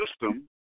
system